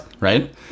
right